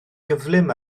gyflym